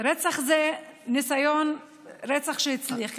רצח זה ניסיון רצח שהצליח.